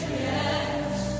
yes